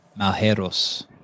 Malheros